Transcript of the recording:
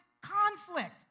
conflict